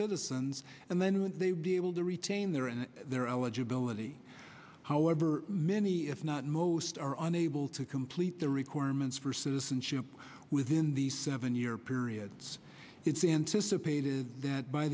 citizens and then when they would be able to retain their and their eligibility however many if not most are unable to complete the requirements for citizenship within the seven year period it's anticipated that by